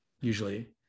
Usually